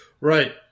right